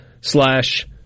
slash